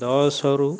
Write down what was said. ଦଶ ରୁ